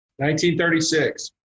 1936